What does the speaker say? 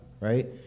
right